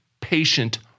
patient